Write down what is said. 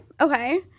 Okay